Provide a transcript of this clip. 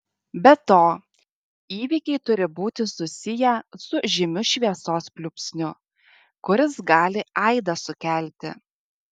be to įvykiai turi būti susiję su žymiu šviesos pliūpsniu kuris gali aidą sukelti